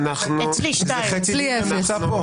אצלי אפס.